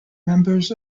members